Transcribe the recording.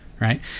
right